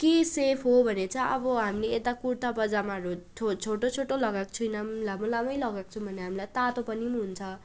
के सेफ हो भने चाहिँ अब हामी यता कुर्ता पाइजामाहरू छोटो छोटो लगाएको छैनौँ लामो लामो लगाएको छौँ भने हामीलाई तातो पनि हुन्छ